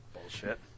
Bullshit